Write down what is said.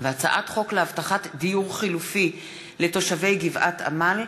הצעת חוק להבטחת דיור חלופי לתושבי גבעת-עמל,